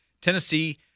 Tennessee